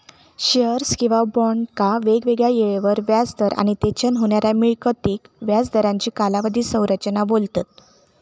shares किंवा बॉन्डका वेगवेगळ्या येळेवर व्याज दर आणि तेच्यान होणाऱ्या मिळकतीक व्याज दरांची कालावधी संरचना बोलतत